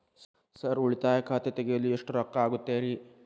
Sir ಉಳಿತಾಯ ಖಾತೆ ತೆರೆಯಲು ಎಷ್ಟು ರೊಕ್ಕಾ ಆಗುತ್ತೇರಿ?